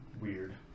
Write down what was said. Weird